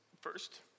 first